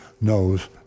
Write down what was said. knows